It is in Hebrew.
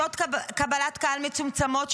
שעות קבלת קהל מצומצמות,